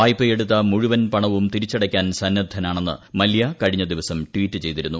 വായ്പയെടുത്ത മുഴുവൻ പണവും തിരിച്ചടയ്ക്കാൻ സന്നദ്ധനാണെന്ന് മല്യ കഴിഞ്ഞദിവസം ട്വീറ്റ് ചെയ്തിരുന്നു